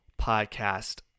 podcast